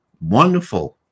Wonderful